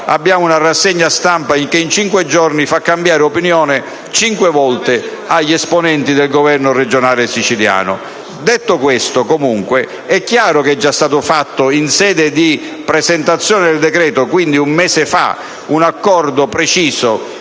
abbiamo una rassegna stampa che in cinque giorni fa cambiare opinione cinque volte agli esponenti del governo regionale siciliano. Detto questo, echiaro che e giastato fatto in sede di presentazione del decreto, quindi un mese fa, un accordo preciso